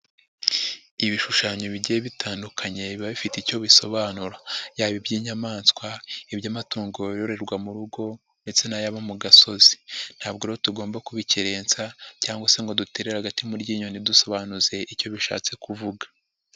Ibishushanyo bigiye bitandukanye, biba bifite icyo bisobanura. Yaba iby'inyamaswa, iby'amatungo yororerwa mu rugo ndetse n'ayaba mu gasozi. Ntabwo rero tugomba kubikerensa cyangwa se ngo dutere agati mu ryinyo ntidusobanuze icyo bishatse kuvuga.